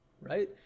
Right